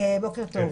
בוקר טוב,